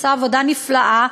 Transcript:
והיא עושה עבודה נפלאה,